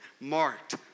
marked